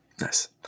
Nice